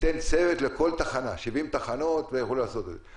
ניתן צוות לכל תחנה 70 תחנות והם יוכלו לעשות את זה.